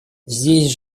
здесь